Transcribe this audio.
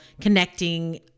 connecting